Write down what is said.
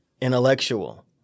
intellectual